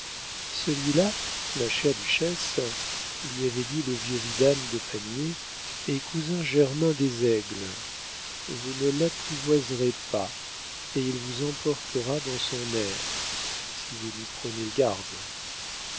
celui-là ma chère duchesse lui avait dit le vieux vidame de pamiers est cousin germain des aigles vous ne l'apprivoiserez pas et il vous emportera dans son aire si vous n'y prenez garde